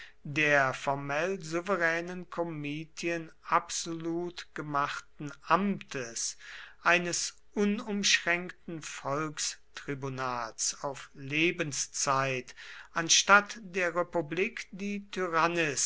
der formell souveränen komitien absolut gemachten amtes eines unumschränkten volkstribunats auf lebenszeit anstatt der republik die